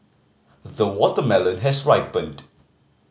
the watermelon has ripened